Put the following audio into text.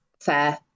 fair